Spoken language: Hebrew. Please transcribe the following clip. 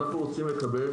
אנחנו רוצים לקבל